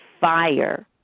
fire